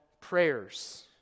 prayers